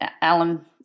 Alan